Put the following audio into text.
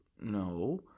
No